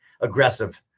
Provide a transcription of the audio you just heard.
aggressive